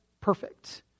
perfect